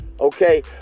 okay